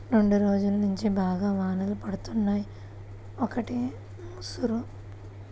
రెండ్రోజుల్నుంచి బాగా వానలు పడుతున్నయ్, ఒకటే ముసురు